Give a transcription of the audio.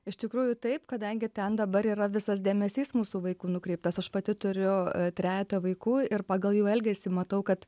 iš tikrųjų taip kadangi ten dabar yra visas dėmesys mūsų vaikų nukreiptas aš pati turiu trejetą vaikų ir pagal jų elgesį matau kad